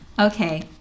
Okay